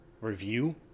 review